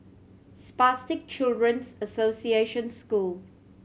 Spastic Children's Association School